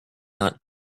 not